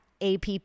app